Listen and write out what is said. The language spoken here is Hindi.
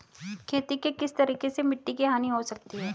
खेती के किस तरीके से मिट्टी की हानि हो सकती है?